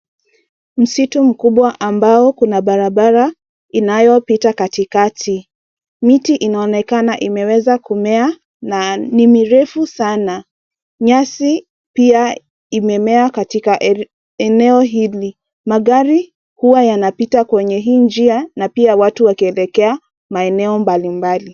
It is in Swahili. Msitu mkubwa ambayo kuna barabara inayopita katikati. Miti inaonekana imeweza kumea na ni mirefu sana. Nyasi pia imemea katika eneo hili. Magari huwa yanapita kwenye hii njia na pia watu wakielekea maeneo mbalimbali.